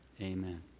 amen